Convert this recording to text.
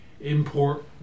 import